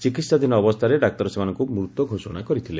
ଚିକିହାଧୀନ ଅବସ୍ତାରେ ଡାକ୍ତର ସେମାନଙ୍କୁ ମୃତ ଘୋଷଣା କରିଥିଲେ